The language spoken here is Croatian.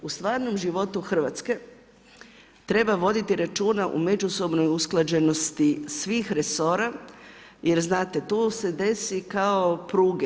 U stvarnom životu Hrvatske treba voditi računa o međusobnoj usklađenosti svih resora jer znate tu se desi kao pruge.